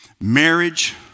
Marriage